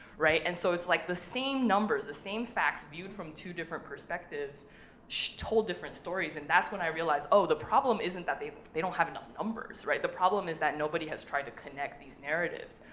right? and so it's like the same numbers, the same facts viewed from two different perspectives told different stories, and that's when i realized, oh, the problem isn't that they they don't have enough numbers, right? the problem is that nobody has tried to connect these narratives,